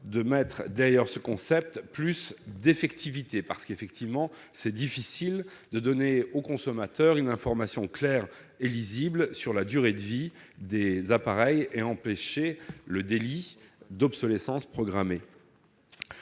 de mettre derrière ce concept plus d'effectivité. Il est en effet difficile de donner au consommateur une information claire et lisible sur la durée de vie des appareils, et donc d'empêcher le délit d'obsolescence programmée,